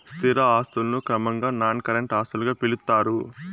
స్థిర ఆస్తులను క్రమంగా నాన్ కరెంట్ ఆస్తులుగా పిలుత్తారు